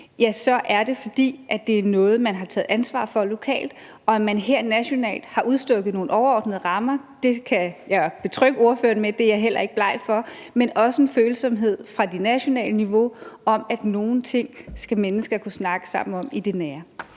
Og det er, fordi det er noget, man har taget ansvaret for lokalt, og fordi der nationalt er blevet udstukket nogle overordnede rammer – det kan jeg betrygge ordføreren med at jeg heller ikke er bleg for – men også med en følsomhed fra det nationale niveau for, at nogle ting skal mennesker kunne snakke sammen om i det nære.